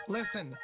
Listen